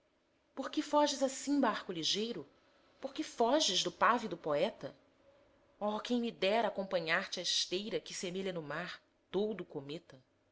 por que foges assim barco ligeiro por que foges do pávido poeta oh quem me dera acompanhar te a esteira que semelha no mar doudo cometa